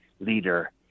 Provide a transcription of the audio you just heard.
leader